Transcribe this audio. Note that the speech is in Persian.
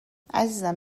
عزیزم